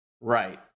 Right